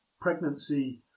pregnancy